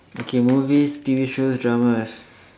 okay movies T_V shows dramas